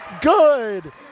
good